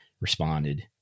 responded